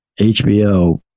HBO